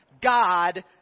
God